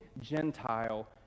Gentile